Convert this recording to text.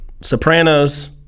Sopranos